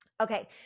Okay